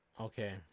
okay